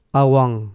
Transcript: awang